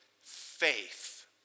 faith